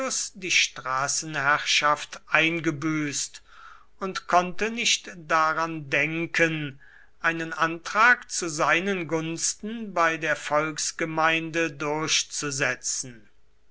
die straßenherrschaft eingebüßt und konnte nicht daran denken einen antrag zu seinen gunsten bei der volksgemeinde durchzusetzen